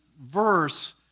verse